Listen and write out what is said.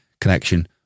connection